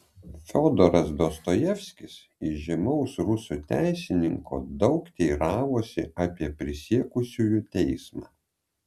fiodoras dostojevskis įžymaus rusų teisininko daug teiravosi apie prisiekusiųjų teismą